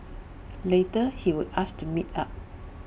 later he would ask to meet up